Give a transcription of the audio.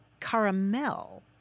caramel